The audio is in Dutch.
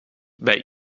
bij